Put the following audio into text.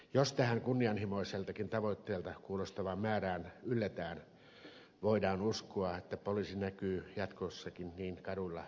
jos tähän kunnianhimoiseltakin tavoitteelta kuulostavaan määrään ylletään voidaan uskoa että poliisi näkyy jatkossakin niin kaduilla kuin kylillä